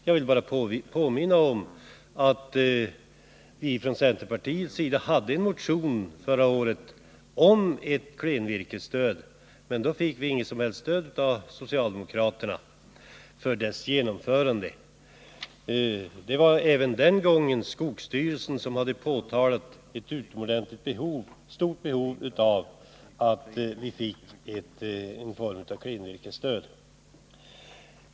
Jag vill bara påminna om att vi från centerpartiets sida hade en motion förra året om införande av ett sådant stöd, men då mötte vi ingen som helst förståelse från socialdemokraterna. Även den gången var det skogsstyrelsen som hade påtalat det utomordentligt stora behovet av stöd.